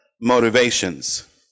motivations